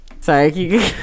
sorry